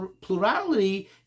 plurality